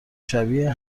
شبیه